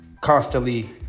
constantly